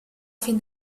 fin